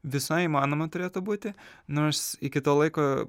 visai įmanoma turėtų būti nors iki to laiko